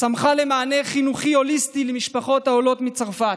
צמחה למענה חינוכי הוליסטי למשפחות העולות מצרפת.